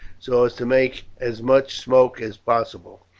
so as to make as much smoke as possible.